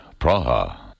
Praha